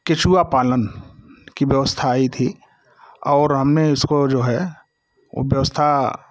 केचुआ पालन की व्यवस्था आई थी और हमने इसको जो है वो व्यवस्था